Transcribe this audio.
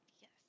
Yes